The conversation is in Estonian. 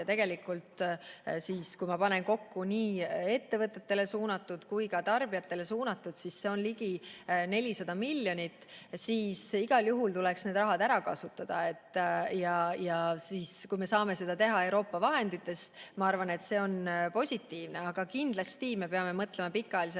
ja tegelikult, kui ma panen kokku nii ettevõtetele kui ka tarbijatele suunatud [summad], siis see on ligi 400 miljonit –, siis igal juhul tuleks see raha ära kasutada. Kui me saame seda teha Euroopa vahenditest, siis ma arvan, et see on positiivne, aga kindlasti me peame mõtlema pikaajalise